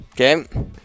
Okay